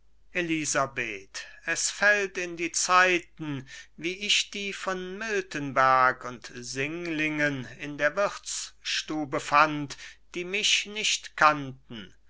elisabeth es fällt in die zeiten wie ich die von miltenberg und singlingen in der wirtsstube fand die mich nicht kannten